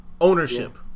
ownership